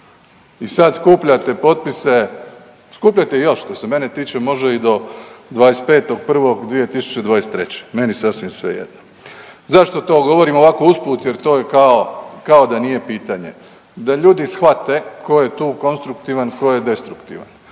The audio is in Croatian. I sad skupljate potpise, skupljajte ih još što se mene tiče i do 25.1.2023. meni sasvim svejedno. Zašto to govorim ovako usput jer to kao da nije pitanje, da ljudi shvate tko je tu konstruktivan, tko je destruktivan,